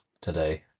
today